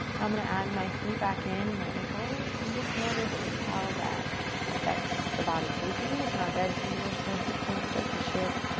now i'm going to add my feet back in and my ankles and just notice how that affects the body. so we can do this in our bed to you notice might hit points start to shift.